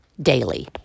daily